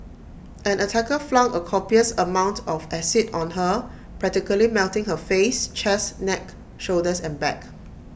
an attacker flung A copious amount of acid on her practically melting her face chest neck shoulders and back